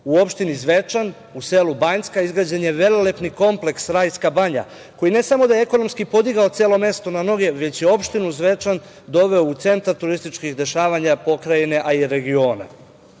opštini Zvečan, u selu Banjska izgrađen je velelepni kompleks „Rajska banja“, koji ne samo da je ekonomski podigao celo mesto na noge, već je i opštinu Zvečan doveo u centar turističkih dešavanja Pokrajine, a i